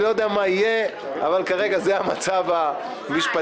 אני לא יודע מה יהיה אבל כרגע זה המצב המשפטי.